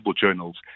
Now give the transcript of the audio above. journals